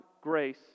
grace